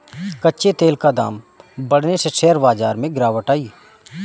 कच्चे तेल का दाम बढ़ने से शेयर बाजार में गिरावट आई